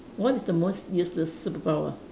what is the most useless superpower